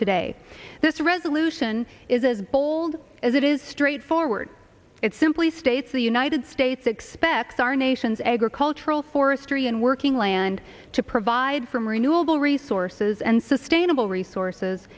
today this resolution is as bold as it is straightforward it simply states the united states expects our nation's agricultural forestry and working land to provide from renewable resources and sustainable resources